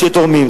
שתורמים.